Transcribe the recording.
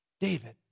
David